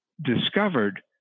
discovered